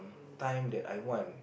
time that I want